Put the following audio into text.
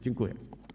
Dziękuję.